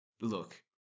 Look